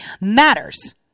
matters